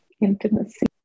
intimacy